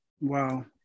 Wow